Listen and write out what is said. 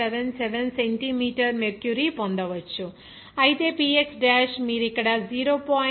777 centimetre mercury పొందవచ్చు అయితే Px dash మీరు ఇక్కడ 0